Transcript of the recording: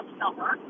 summer